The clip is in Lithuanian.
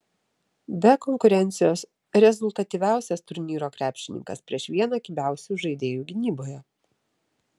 be konkurencijos rezultatyviausias turnyro krepšininkas prieš vieną kibiausių žaidėjų gynyboje